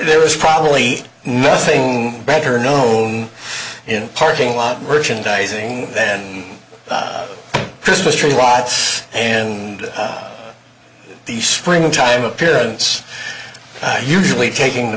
there was probably nothing better known in parking lot merchandising then christmas tree lots and the spring time appearance usually taking the